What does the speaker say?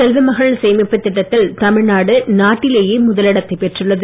செல்வமகள் சேமிப்புத் திட்டத்தில் தமிழ்நாடு நாட்டிலேயே முதலிடத்தை பெற்றுள்ளது